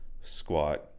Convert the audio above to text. squat